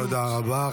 תודה רבה.